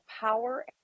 power